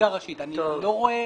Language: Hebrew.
אני לא רואה